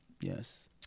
Yes